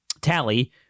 tally